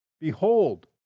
Behold